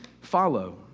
follow